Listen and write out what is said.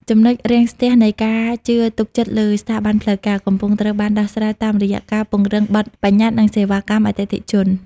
ចំណុចរាំងស្ទះនៃ "ការជឿទុកចិត្តលើស្ថាប័នផ្លូវការ" កំពុងត្រូវបានដោះស្រាយតាមរយៈការពង្រឹងបទប្បញ្ញត្តិ និងសេវាកម្មអតិថិជន។